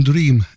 Dream